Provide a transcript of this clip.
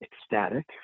ecstatic